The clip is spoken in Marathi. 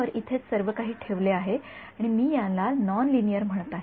तर इथे सर्व काही ठेवले आणि मी याला नॉन लिनिअर म्हणत आहे